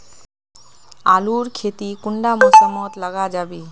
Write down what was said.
आलूर खेती कुंडा मौसम मोत लगा जाबे?